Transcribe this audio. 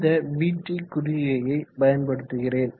இந்த vt குறிகையை பயன்படுத்துகிறேன்